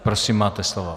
Prosím, máte slovo.